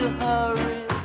hurry